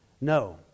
No